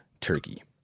turkey